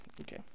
Okay